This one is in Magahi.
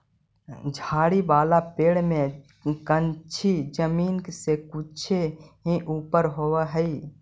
झाड़ी वाला पेड़ में कंछी जमीन से कुछे ही ऊपर होवऽ हई